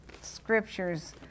scriptures